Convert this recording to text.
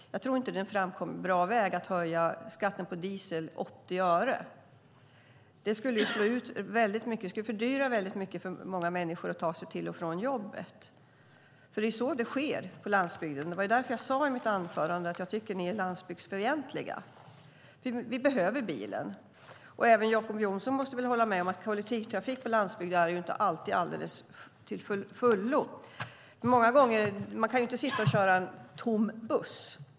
Jag tror inte att det är en bra väg att höja skatten på diesel 80 öre. Det skulle fördyra väldigt mycket för många människor att ta sig till och från jobbet. Det är ju så det är på landsbygden. Det var därför jag i mitt anförande sade att jag tycker att ni är landsbygdsfientliga. Vi behöver bilen. Även Jacob Johnson måste väl hålla med om att kollektivtrafik på landsbygd inte alltid är till fyllest. Man kan inte sitta och köra en tom buss.